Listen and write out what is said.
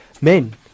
Men